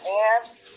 ants